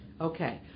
Okay